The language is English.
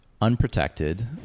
Unprotected